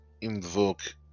invoke